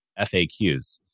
FAQs